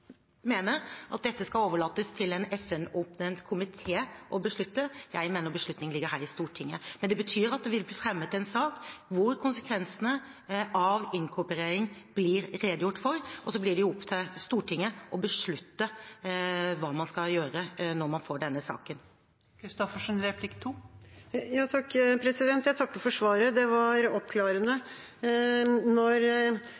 at dette skal overlates til en FN-oppnevnt komité å beslutte. Jeg mener beslutningen ligger her i Stortinget. Men det betyr at det vil bli fremmet en sak hvor konsekvensene av inkorporering blir redegjort for, og så blir det opp til Stortinget å beslutte hva man skal gjøre når man får denne saken. Jeg takker for svaret. Det var